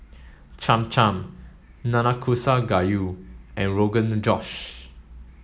Cham Cham Nanakusa Gayu and Rogan Josh